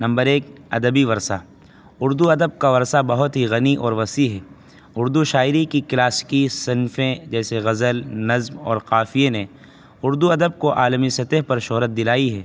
number ایک ادبی ورثہ اردو ادب کا ورثہ بہت ہی غنی اور وسیع ہے اردو شاعری کی کلاسیکی صنفیں جیسے غزل نظم اور قافیے نے اردو ادب کو عالمی سطح پر شہرت دلائی ہے